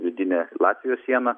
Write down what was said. vidinę latvijos sieną